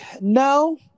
no